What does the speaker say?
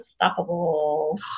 unstoppable